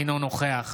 אינו נוכח